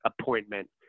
appointment